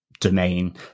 domain